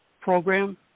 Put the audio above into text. program